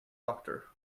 doctor